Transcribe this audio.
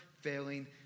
failing